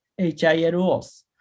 HILOs